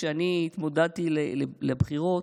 כשאני התמודדתי לבחירות,